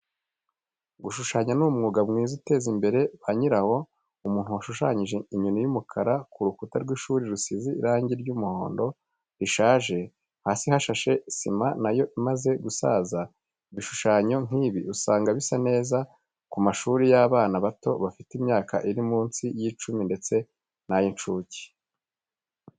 Gushushanya ni umwuga mwiza uteza imbere ba nyirawo. Umuntu washushanyije inyoni y'umukara ku rukuta rw'ishuri, rusize irangi ry'umuhondo rishaje, hasi hashashe sima na yo imaze gusaza. Ibishushanyo nkibi usanga bisa neza ku mashuri y'abana bato bafite imyaka iri munsi y'icumi ndetse n'ay'icuke